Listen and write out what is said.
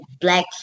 Black